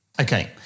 Okay